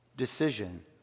Decision